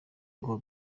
ngo